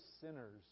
sinners